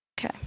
Okay